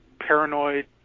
paranoid